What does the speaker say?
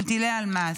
של טילי אלמאס.